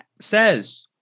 says